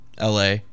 LA